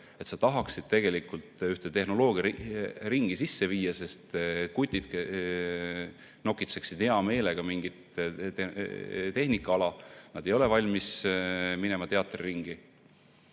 kui sa tahaksid tegelikult tehnoloogiaringi teha, sest kutid nokitseksid hea meelega mingit tehnikaala, nad ei ole valmis minema teatriringi